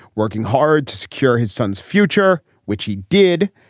working hard to secure his son's future, which he did.